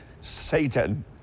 Satan